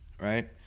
right